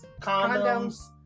condoms